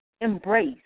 embrace